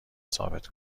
ثابت